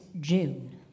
June